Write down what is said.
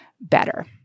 better